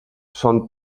són